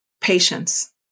Patience